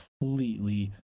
completely